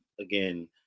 again